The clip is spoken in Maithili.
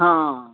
हँ